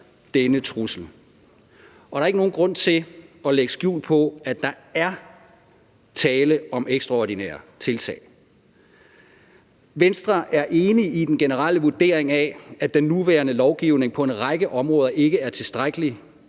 denne trussel. Og der er ikke nogen grund til at lægge skjul på, at der er tale om ekstraordinære tiltag. Venstre er enig i den generelle vurdering af, at den nuværende lovgivning på en række områder ikke er tilstrækkelig,